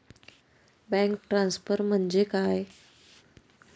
Bank transfer म्हणजे काय?